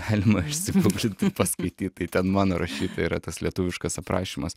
galima išsigūglint paskaityt tai ten mano rašyta yra tas lietuviškas aprašymas